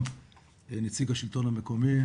גם נציג השלטון המקומי,